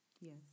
Yes